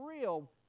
real